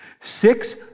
Six